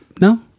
No